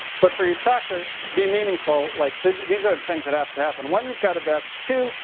but for your stock to be meaningful, like, this, these are the things that have to happen. one, you've gotta vest. two,